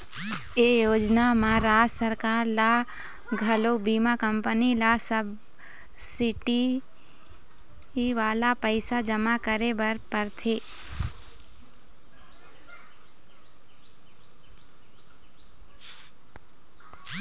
ए योजना म राज सरकार ल घलोक बीमा कंपनी ल सब्सिडी वाला पइसा जमा करे बर परथे